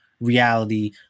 reality